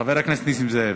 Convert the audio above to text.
חבר הכנסת נסים זאב.